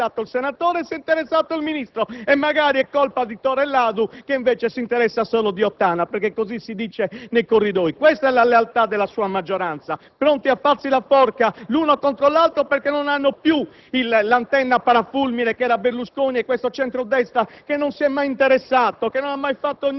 colpa dei DS, perché si sono interessati il segretario provinciale, il senatore Nieddu e il Ministro. Magari è colpa di Tore Ladu, che invece si interessa solo di Ottana, perché così si dice nei corridoi. Questa è la lealtà della sua maggioranza: pronti a farsi la forca l'uno contro l'altro perché non hanno più